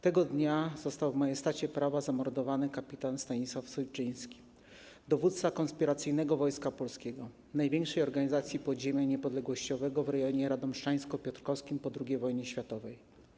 Tego dnia został w majestacie prawa zamordowany kpt. Stanisław Sojczyński, dowódca Konspiracyjnego Wojska Polskiego, największej organizacji podziemia niepodległościowego w rejonie radomszczańsko-piotrowskim po II wojnie światowej.